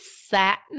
satin